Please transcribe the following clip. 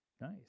Nice